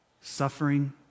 suffering